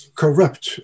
corrupt